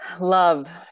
Love